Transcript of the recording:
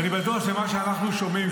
-- אני בטוח שמה שאנחנו שומעים,